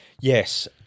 Yes